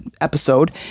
episode